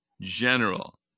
general